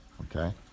Okay